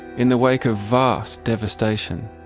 in the wake of vast devastation,